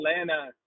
Atlanta